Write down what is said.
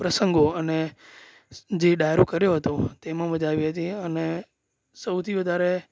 પ્રસંગો અને જે ડાયરો કર્યો હતો તેમાં મજા આવી હતી અને સૌથી વધારે